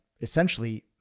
essentially